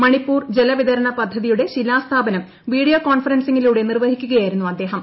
മണിപ്പൂർ ജലവിതരണ പദ്ധതിയുടെ ശിലാസ്ഥാപനം വീഡിയോ കോൺഫറൻസിംഗിലൂടെ നിർവഹിക്കുകയാ യിരുന്നു അദ്ദേഹം